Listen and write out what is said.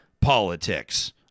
politics